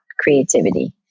Creativity